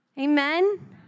Amen